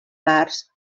parts